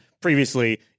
previously